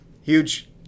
Huge